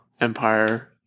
Empire